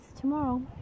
tomorrow